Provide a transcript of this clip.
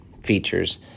features